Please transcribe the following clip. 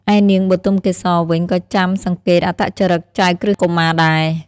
ឯនាងបុទមកេសរវិញក៏ចាំសង្កេតអត្តចរិតចៅក្រឹស្នកុមារដែរ។